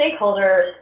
stakeholders